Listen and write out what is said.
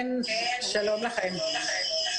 שלום לכם.